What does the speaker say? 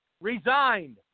resigned